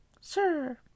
sir